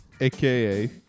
aka